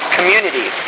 Community